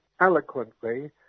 eloquently